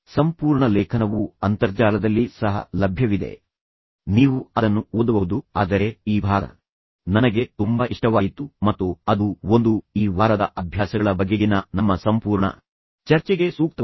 ಸಂಪೂರ್ಣ ಲೇಖನವು ಅಂತರ್ಜಾಲದಲ್ಲಿ ಸಹ ಲಭ್ಯವಿದೆ ನೀವು ಅದನ್ನು ಓದಬಹುದು ಆದರೆ ಈ ಭಾಗ ನನಗೆ ತುಂಬಾ ಇಷ್ಟವಾಯಿತು ಮತ್ತು ಅದೂ ಒಂದು ಈ ವಾರದ ಅಭ್ಯಾಸಗಳ ಬಗೆಗಿನ ನಮ್ಮ ಸಂಪೂರ್ಣ ಚರ್ಚೆಗೆ ಸೂಕ್ತವಾದದ್ದು